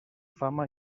fama